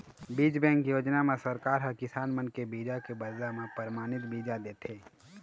बीज बेंक योजना म सरकार ह किसान मन के बीजा के बदला म परमानित बीजा देथे